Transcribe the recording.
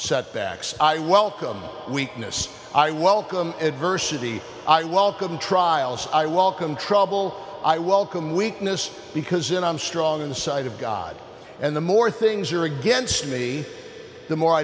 setbacks i welcome weakness i welcome adversity i welcome trials i welcome trouble i welcome weakness because in i'm strong in the sight of god and the more things are against me the more i